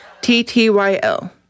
T-T-Y-L